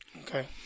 Okay